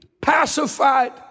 pacified